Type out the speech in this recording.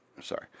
sorry